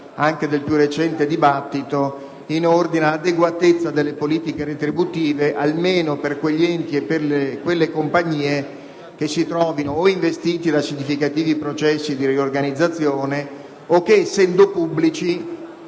anche del più recente dibattito. Mi riferisco all'adeguatezza delle politiche retributive almeno per quegli enti e quelle compagnie che si trovino o investiti da significativi processi di riorganizzazione o che, essendo pubblici,